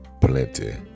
plenty